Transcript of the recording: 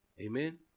amen